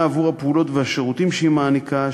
עבור הפעולות והשירותים שהיא מעניקה,